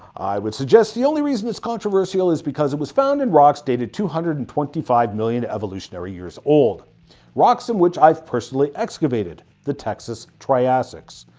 i would suggest the only reason it's controversial is because it was found in rocks dated at two hundred and twenty five million evolutionary years old rocks in which i've personally excavated, the texas triassics.